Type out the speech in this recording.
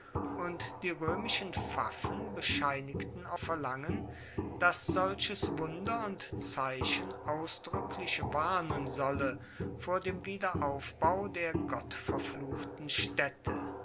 und die römischen pfaffen bescheinigten auf verlangen daß solches wunder und zeichen ausdrücklich warnen solle vor dem wiederaufbau der gottverfluchten stätte